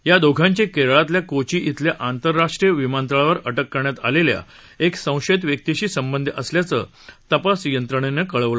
या दोघांचे केरळातल्या कोची इथल्या आंतरराष्ट्रीय विमानतळावर अटक करण्यात आलेल्या एक संशयीत व्यक्तीशी संबंध असल्याचं तपास यंत्रणेनं कळवलं आहे